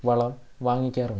വളം വാങ്ങിക്കാറുമുണ്ട്